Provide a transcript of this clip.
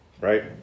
right